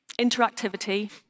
Interactivity